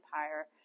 empire